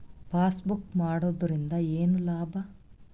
Passbook ಮಾಡುದರಿಂದ ಏನು ಲಾಭ?